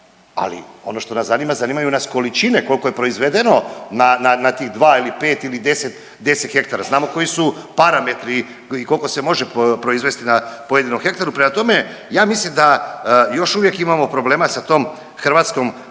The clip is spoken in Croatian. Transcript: ali ono što nas zanima zanimaju nas količine kolko je proizvedeno na tih dva ili pet ili deset hektara, znamo koji su parametri i koliko se može proizvesti na pojedinom hektaru. Prema tome, ja mislim da još uvijek imamo problema sa tom hrvatskom